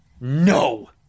No